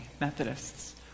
Methodists